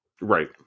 Right